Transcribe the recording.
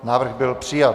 Návrh byl přijat.